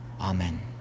Amen